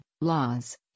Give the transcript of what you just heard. Laws